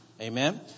amen